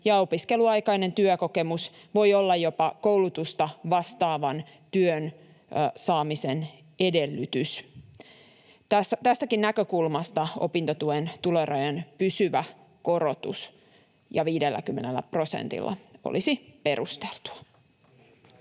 ja opiskeluaikainen työkokemus voi olla jopa koulutusta vastaavan työn saamisen edellytys. Tästäkin näkökulmasta opintotuen tulorajojen pysyvä korotus 50 prosentilla olisi perusteltua.